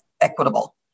equitable